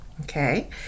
Okay